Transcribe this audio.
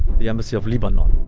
the embassy of lebanon.